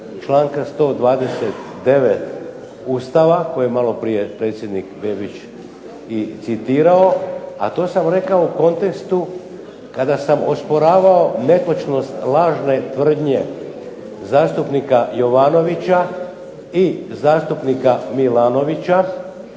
članka 129. Ustava koji je maloprije predsjednik Bebić i citirao, a to sam rekao u kontekstu kada sam osporavao netočnost lažne tvrdnje zastupnika Jovanovića i zastupnika Milanovića